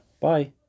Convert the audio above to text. Bye